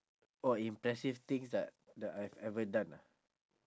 oh impressive things that that I've ever done ah